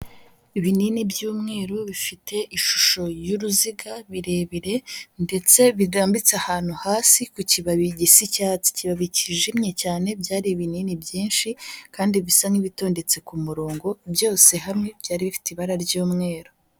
Ibinini by'umweru bifite ishusho y'uruziga birebire, ndetse birambitse ahantu hasi ku kibabi gisa icyatsi, ikibabi cyijimye cyane byari ibinini byinshi kandi bisa nk'ibitondetse ku murongo byose hamwe byari bifite ibara ry'umweru.